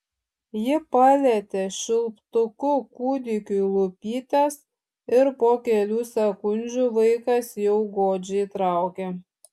ji palietė čiulptuku kūdikiui lūpytes ir po kelių sekundžių vaikas jau godžiai traukė